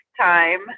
time